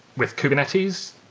with kubernetes,